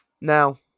Now